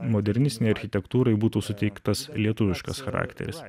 modernistinei architektūrai būtų suteiktas lietuviškas charakteris